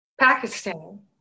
Pakistan